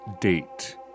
Date